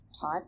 type